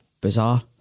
Bizarre